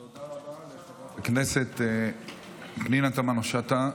תודה רבה לחברת הכנסת פנינה תמנו שטה.